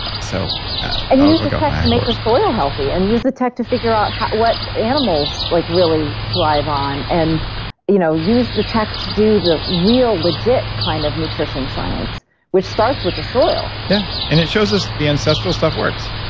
ah so like ah um the soil healthy and use the tech to figure out what animals like really thrive on and you know use the tech to do the real legit kind of nutrition science which starts with the soil yeah. and it shows us the ancestral stuff works.